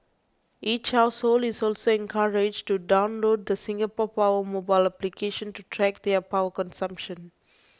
each household is also encouraged to download the Singapore Power mobile application to track their power consumption